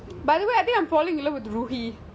by the way I think I'm falling in love with ruby